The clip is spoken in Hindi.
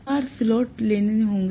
तो मुझे 4 स्लॉट्स लेने दें